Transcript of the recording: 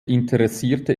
interessierte